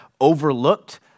overlooked